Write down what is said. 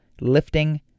lifting